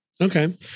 Okay